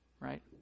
right